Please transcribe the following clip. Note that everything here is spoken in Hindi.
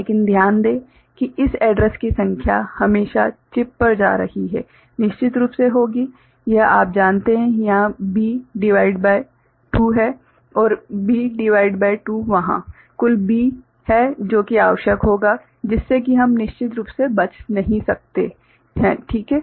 लेकिन ध्यान दें कि इस एड्रैस की संख्या हमेशा चिप पर जा रही होगी निश्चित रूप से होगी यह आप जानते हैं यहां B भागित 2 है और B भागित 2 वहां कुल B है जो कि आवश्यक होगा जिससे कि हम निश्चित रूप से बच नहीं सकते ठीक है